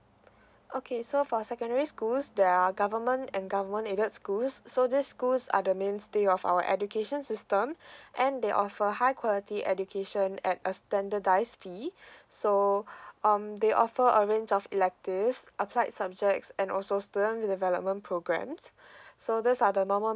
okay so for secondary schools there are government and government aided schools so these schools are the mainstay of our education system and they offer high quality education at a standardised fee so um they offer a range of electives applied subjects and also student development programmes so these are the normal